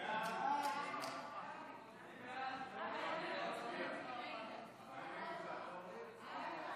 המלצת ועדת הכנסת בדבר מינוי ועדה